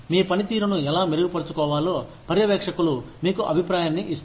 మీ పని తీరును ఎలా మెరుగుపరచుకోవాలో పర్యవేక్షకులు మీకు అభిప్రాయాన్ని ఇస్తారు